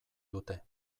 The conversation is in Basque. dute